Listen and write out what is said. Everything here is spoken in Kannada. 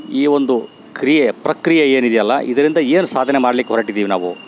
ಈ ಒಂದು ಕ್ರಿಯೆ ಪ್ರಕ್ರಿಯೆ ಏನಿದೆಯಲ್ಲ ಇದ್ರಿಂದ ಏನು ಸಾಧನೆ ಮಾಡ್ಲಿಕ್ಕೆ ಹೊರ್ಟಿದೀವಿ ನಾವು